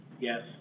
yes